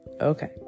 okay